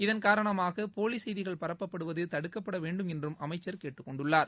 இதன் காரணமாக போலி செய்திகள் பரப்பப்படுவது தடுக்கப்பட வேண்டும் என்றும் அமைச்சர் கேட்டுக் கொண்டுள்ளார்